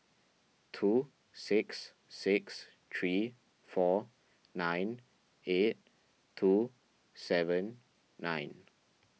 two six six three four nine eight two seven nine